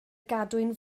gadwyn